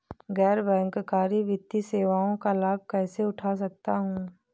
गैर बैंककारी वित्तीय सेवाओं का लाभ कैसे उठा सकता हूँ?